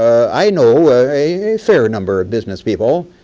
i know a fair number of business people,